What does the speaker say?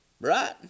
Right